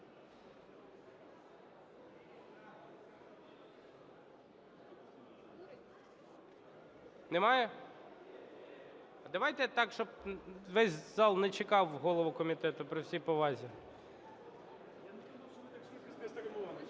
Немає? А давайте так, щоб весь зал не чекав голову комітету. При всій повазі.